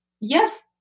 yes